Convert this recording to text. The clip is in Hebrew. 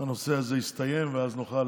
הנושא הזה יסתיים, ואז נוכל